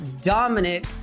Dominic